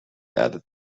added